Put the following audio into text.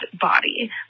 body